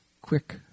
quick